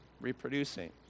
reproducing